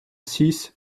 six